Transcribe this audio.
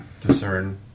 discern